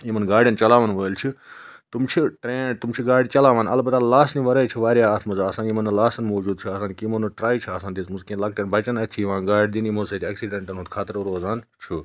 یِمَن گاڑٮ۪ن چَلاوَن وٲلۍ چھِ تِم چھِ ٹرٛین تِم چھِ گاڑِ چلاوان البتہ لاسنہِ وَرٲے چھِ واریاہ اَتھ منٛز آسان یِمَن نہٕ لاسَن موٗجوٗد چھِ آسان کینٛہہ یِمَن نہٕ ٹرٛاے چھِ آسان دِژمٕژ کِہیٖنۍ لَکٹٮ۪ن بَچَن اَتھِ چھِ یِوان گاڑِ دِنہِ یِمو سۭتۍ ایٚکسِڈٮ۪نٛٹَن ہُنٛد خطرٕ روزان چھُ